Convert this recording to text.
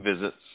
visits